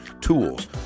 tools